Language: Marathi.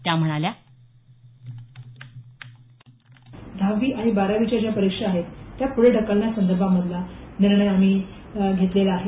त्या म्हणाल्या दहावी आणि बारावीच्या ज्या परीक्षा आहेत त्या पुढे ढकलण्या संदर्भामधला निर्णय आम्ही घेतलेला आहे